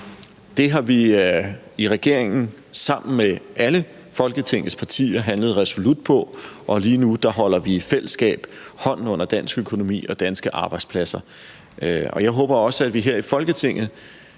Det har vi i regeringen sammen med alle Folketingets partier handlet resolut på, og lige nu holder vi i fællesskab hånden under dansk økonomi og danske arbejdspladser. Jeg håber også, at vi her i Folketinget